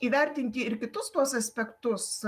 įvertinti ir kitus tuos aspektus